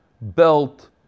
belt